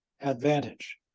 advantage